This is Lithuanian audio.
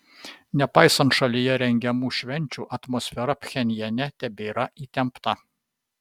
nepaisant šalyje rengiamų švenčių atmosfera pchenjane tebėra įtempta